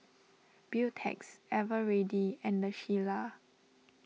Beautex Eveready and the Shilla